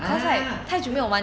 !huh!